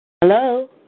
Hello